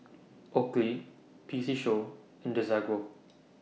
Oakley P C Show and Desigual